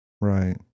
right